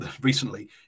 recently